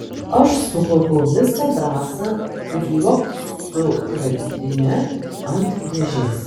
aš sukaupiau visą drąsą ir liuokt su grandine ant dėžės